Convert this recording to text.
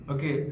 Okay